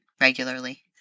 regularly